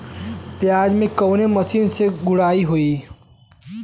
प्याज में कवने मशीन से गुड़ाई होई?